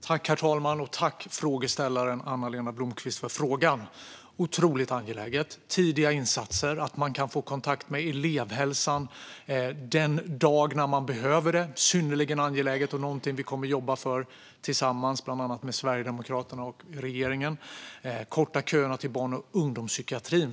Herr talman! Tack, frågeställaren Anna-Lena Blomkvist, för frågan! Detta är otroligt angeläget. Tidiga insatser och att man kan få kontakt med elevhälsan den dag man behöver det är synnerligen angeläget och något som vi kommer att jobba för tillsammans, bland annat Sverigedemokraterna och regeringen. Det handlar om att korta köerna till barn och ungdomspsykiatrin.